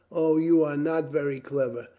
o, you are not very clever,